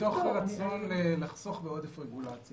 מתוך רצון לחסוך בעודף רגולציה.